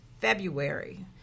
February